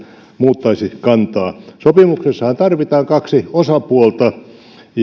muuttaisi kantaa sopimuksessahan tarvitaan kaksi osapuolta ja